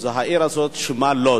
העיר הזאת, שמה לוד.